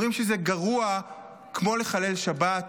אומרים שזה גרוע כמו לחלל שבת,